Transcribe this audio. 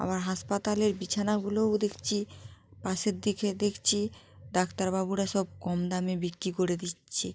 আবার হাসপাতালের বিছানাগুলোও দেখছি পাশের দিকে দেখছি ডাক্তারবাবুরা সব কম দামে বিক্রি করে দিচ্ছে